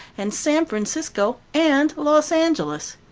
and san francisco and los angeles.